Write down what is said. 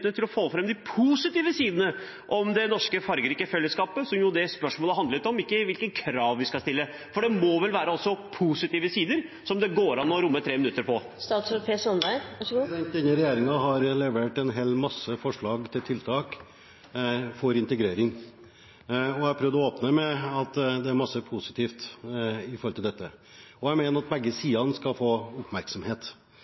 til å få fram de positive sidene ved det norske fargerike fellesskapet, som spørsmålet handlet om, ikke hvilke krav vi skal stille. Det må vel være også positive sider som det går an å bruke 3 minutter på? Denne regjeringen har levert en hel masse forslag til tiltak for integrering. Jeg prøvde å åpne med at det er masse positivt i dette. Jeg mener at begge